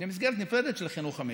למסגרת נפרדת של החינוך המיוחד,